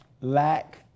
lack